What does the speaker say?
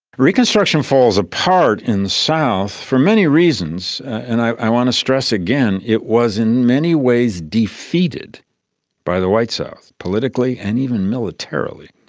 reconstruction falls apart in the south for many reasons, and i want to stress again it was in many ways defeated by the white south, politically and even militarily.